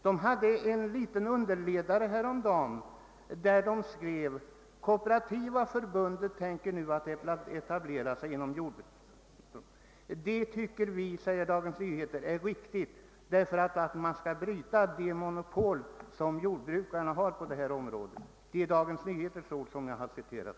Denna tidning hade häromdagen en liten underledare, där man skrev att Kooperativa förbundet tänker nu etablera sig inom jordbruket. Det tycker vi, skriver DN, är riktigt därför att man skall bryta det monopol som jordbrukarna har på detta område. Det är alltså Dagens Nyheters ord som jag har refererat.